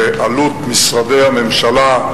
עלות משרדי הממשלה,